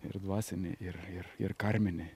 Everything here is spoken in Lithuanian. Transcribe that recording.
ir dvasinė ir ir ir karminė